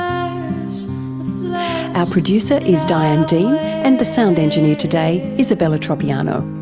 our ah producer is diane dean and the sound engineer today isabella tropiano.